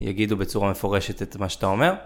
יגידו בצורה מפורשת את מה שאתה אומר.